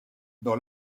dans